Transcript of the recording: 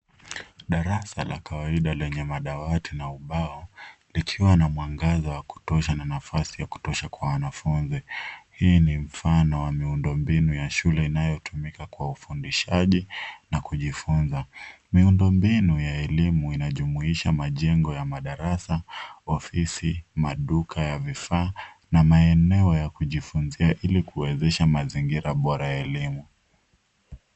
Darasa la kawaida lenye madawati na ubao likiwa na mwangaza wa kutosha na nafasi ya kutosha kwa wanafunzi. Hii ni mfano wa miundombinu ya shule inayotumika kwa ufundishaji na kujifunza. Miundombinu ya elimu inajumuisha majengo ya madarasa, ofisi, maduka ya vifaa na maeneo ya kujifunzia ili kuwezesha mazingira bora ya elimu.